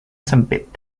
sempit